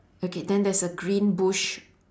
okay then there's a green bush